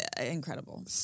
Incredible